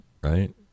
right